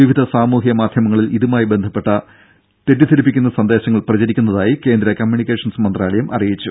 വിവിധ സാമൂഹ്യ മാധ്യമങ്ങളിൽ ഇതുമായി ബന്ധപ്പെട്ട തെറ്റിദ്ധരിപ്പിക്കുന്ന സന്ദേശങ്ങൾ പ്രചരിക്കുന്നതായി കേന്ദ്ര കമ്മ്യൂണിക്കേഷൻസ് മന്ത്രാലയം അറിയിച്ചു